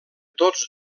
tots